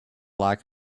lack